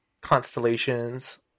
constellations